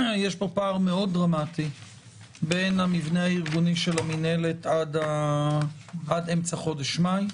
יש פה פער מאוד דרמטי בין המבנה הארגוני של המינהלת עד אמצע חודש מאי.